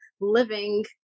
living